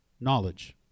knowledge